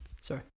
sorry